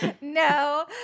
No